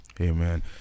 amen